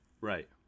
right